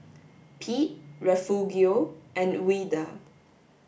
Pete Refugio and Ouida